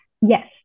Yes